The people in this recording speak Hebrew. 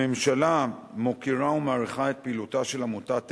הממשלה מוקירה ומעריכה את פעילותה של עמותת ער"ן,